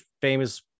famous